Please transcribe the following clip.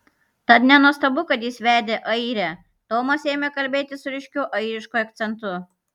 tad nenuostabu kad jis vedė airę tomas ėmė kalbėti su ryškiu airišku akcentu